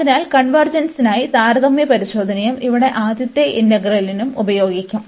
അതിനാൽ കൺവെർജെൻസിനായി താരതമ്യ പരിശോധനയും ഇവിടെ ആദ്യത്തെ ഇന്റഗ്രലിനും ഉപയോഗിക്കും